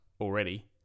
already